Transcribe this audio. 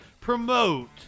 promote